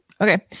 Okay